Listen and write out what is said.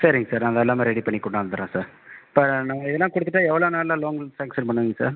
சரிங்க சார் அது எல்லாமே ரெடி பண்ணி கொண்டாந்துடுறேன் சார் இப்போ இதல்லாம் நான் கொடுத்துட்டா எவ்வளோ நாளில் லோன் சாங்சன் பண்ணுவீங்க சார்